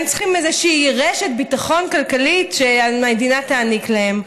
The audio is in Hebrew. הם צריכים איזושהי רשת ביטחון כלכלית שהמדינה תעניק להם.